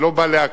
זה לא בא להקל,